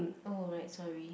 oh right sorry